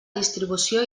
distribució